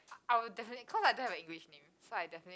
I I will definitely cause I don't have a English name so I definitely